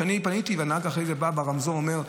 כשאני פניתי, הנהג אחרי זה בא ברמזור ואומר,